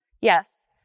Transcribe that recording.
yes